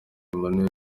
emmanuel